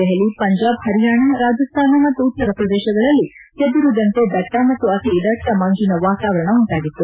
ದೆಹಲಿ ಪಂಜಾಬ್ ಹರಿಯಾಣ ರಾಜಾಸ್ಥಾನ ಮತ್ತು ಉತ್ತರ ಪ್ರದೇಸಗಳಲ್ಲಿ ಚದುರಿದಂತೆ ದಟ್ಟ ಮತ್ತು ಅತಿ ದಟ್ಟ ಮಂಜಿನ ವಾತಾವರಣ ಉಂಟಾಗಿತ್ತು